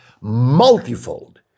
multifold